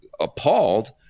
appalled